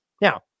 Now